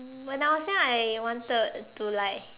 um when I was young I wanted to like